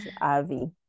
Avi